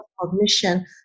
cognition